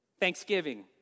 Thanksgiving